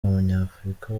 umunyafurika